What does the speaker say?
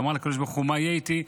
ואמר לקדוש ברוך הוא: מה יהיה איתי?